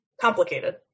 complicated